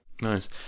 Nice